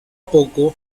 poco